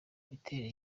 imiterere